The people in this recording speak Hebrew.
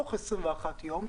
תוך 21 יום,